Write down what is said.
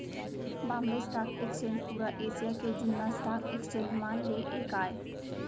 Bombay stock exchange पुरा Asia के जुन्ना स्टॉक एक्सचेंज म ले एक आय